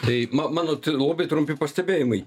tai na mano tai labai trumpi pastebėjimai